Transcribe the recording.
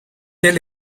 del